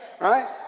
right